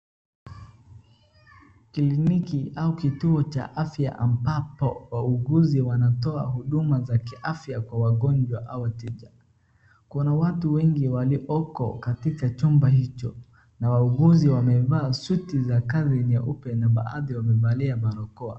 Kiliniki au kituo cha afya ambapo wauguzi wanatoa huduma za kiafya kwa wagonjwa au wateja. Kuna watu wengi walioko katika chumba hicho. Na wauguzi wamevaa suti za kazi nyeupe na baadhi wamevalia barakoa.